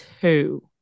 two